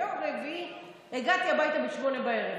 ביום רביעי הגעתי הביתה ב-20:00,